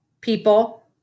people